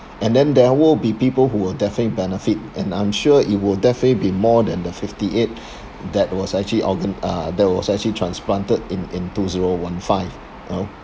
and then there will be people who will definitely benefit and I'm sure it will definitely be more than the fifty eight that was actually organ uh that was actually transplanted in in two zero one five you know